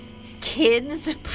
kids